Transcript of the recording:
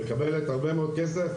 היא מקבלת הרבה מאוד כסף.